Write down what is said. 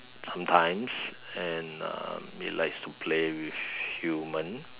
sometimes and um it likes to play with human